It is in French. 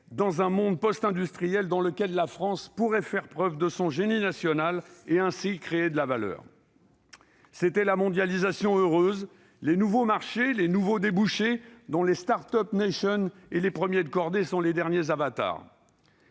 dans un monde post-industriel où la France pourrait faire preuve de son « génie » national et ainsi créer de la valeur. C'était la mondialisation heureuse, les nouveaux marchés, les nouveaux débouchés, dont la et les premiers de cordée sont les derniers avatars.